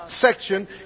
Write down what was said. section